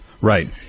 Right